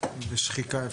שכר ושחיקה.